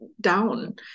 down